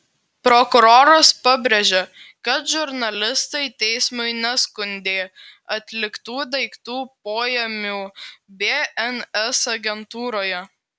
prokuroras pabrėžė kad žurnalistai teismui neskundė atliktų daiktų poėmių bns agentūroje